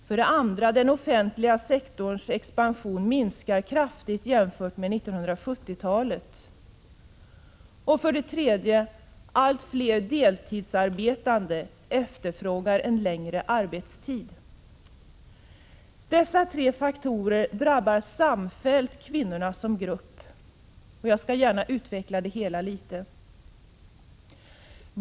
För det andra: Den offentliga sektorns expansion minskar kraftigt jämfört med vad som var fallet på 1970-talet. För det tredje: Allt fler deltidsarbetande efterfrågar en längre arbetstid. Dessa tre faktorer drabbar samfällt kvinnorna som grupp. Jag skall gärna utveckla det hela litet.